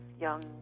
young